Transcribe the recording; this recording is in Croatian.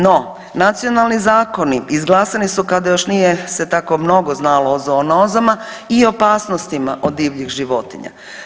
No, nacionalni zakoni izglasani su kada još nije se tako mnogo znalo o zoonozama i opasnostima od divljih životinja.